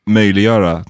möjliggöra